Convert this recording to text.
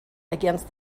against